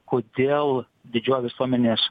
kodėl didžioji visuomenės